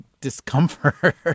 discomfort